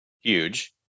Huge